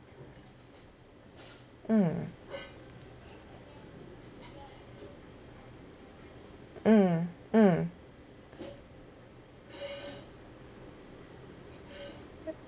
mm mm mm